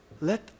let